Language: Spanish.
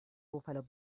buffalo